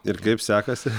ir kaip sekasi